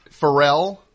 Pharrell